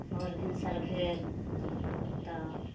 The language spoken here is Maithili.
भिनसर भेल तऽ